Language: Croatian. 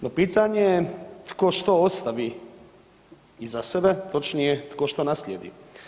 No pitanje je tko što ostavi iza sebe točnije tko što naslijedi.